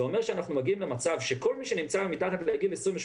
זה אומר שאנחנו מגיעים למצב שכל מי שנמצא מתחת לגיל 28